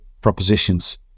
propositions